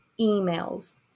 emails